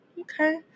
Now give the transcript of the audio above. Okay